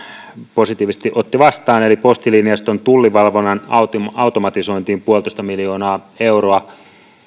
positiivisesti otti vastaan postilinjaston tullivalvonnan automatisointiin yksi pilkku viisi miljoonaa euroa